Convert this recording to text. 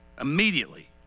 immediately